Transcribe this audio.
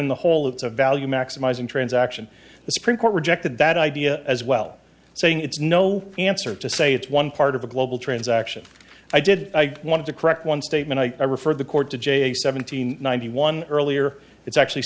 in the whole it's a value maximizing transaction the supreme court rejected that idea as well saying it's no answer to say it's one part of a global transaction i did i want to correct one statement i referred the court to j seven hundred ninety one earlier it's actually